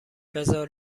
بزار